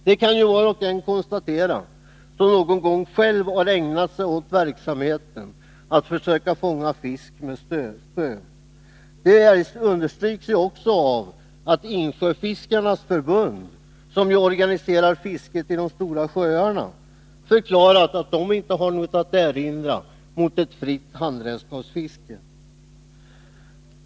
Det kan ju var och en konstatera som någon gång själv ägnar sig åt verksamheten att försöka fånga fisk med spö. Det understryks också av att Insjöfiskarnas förbund, som organiserar fisket i de stora sjöarna, förklarat att det inte har något att erinra mot ett fritt handredskapsfiske.